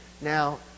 Now